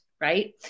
right